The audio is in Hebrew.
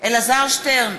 אלעזר שטרן,